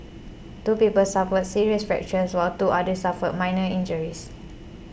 two people suffered serious fractures while two others suffered minor injuries